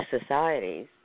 societies